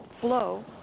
flow